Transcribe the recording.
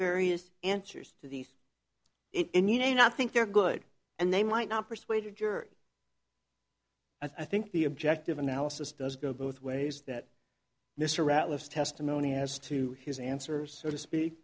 various answers to these in you know not think they're good and they might not persuaded your i think the objective analysis does go both ways that mr ratliff testimony as to his answers so to speak